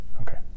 Okay